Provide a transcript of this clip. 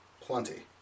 Plenty